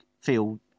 feel